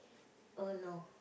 oh no